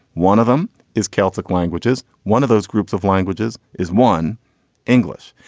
one of them is celtic languages. one of those groups of languages is one english.